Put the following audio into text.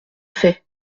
fait